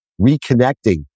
reconnecting